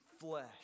flesh